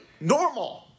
Normal